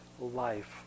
life